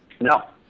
No